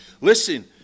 Listen